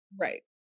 Right